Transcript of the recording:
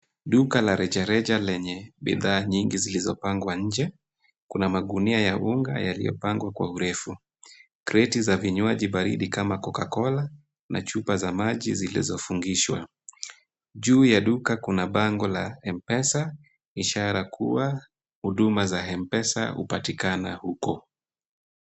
Duka la rejareja lenye bidhaa nyingi zilizopangwa nje. Kuna magunia ya unga yaliyopangwa kwa urefu, kreti za vinywaji baridi kama cocacola na chupa za maji zilizofungishwa. Juu ya duka kuna bango la mpesa ishara kuwa huduma za mpesa hupatikana huko.